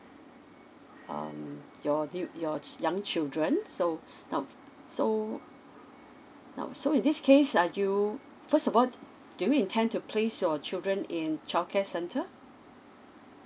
um your due your chi~ young children so now so now so in this case are you first of all do you intend to place your children in childcare centre